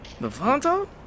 Novanto